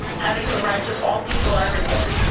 having the rights of all people everywhere.